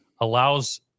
allows